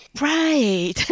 right